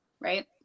right